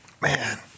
Man